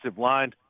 line